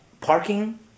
parking